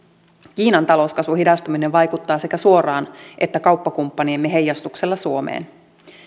kiinan talouskasvun hidastuminen vaikuttaa sekä suoraan että kauppakumppaniemme heijastuksella suomeen